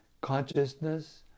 consciousness